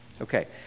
Okay